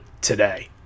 today